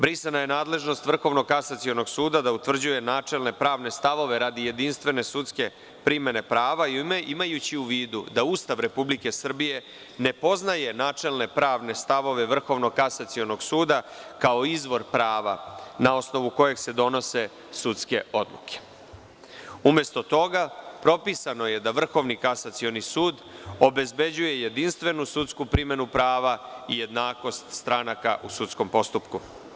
Brisana je nadležnost Vrhovnog kasacionog suda da utvrđuje načelne pravne stavove radi jedinstvene sudske primene prava, imajući u vidu da Ustav Republike Srbije ne poznaje načelne pravne stavove Vrhovnog kasacionog suda kao izvor prava na osnovu kojeg se donose sudske odluke, umesto toga propisano je da Vrhovni kasacioni sud obezbeđuje jedinstvenu sudsku primenu prava i jednakost stranaka u sudskom postupku.